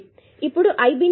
ఇప్పుడు IB ని లెక్కించాలి